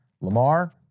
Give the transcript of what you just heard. Lamar